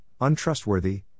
untrustworthy